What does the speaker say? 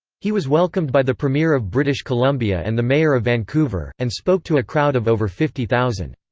he was welcomed by the premier of british columbia and the mayor of vancouver, and spoke to a crowd of over fifty thousand.